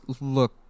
look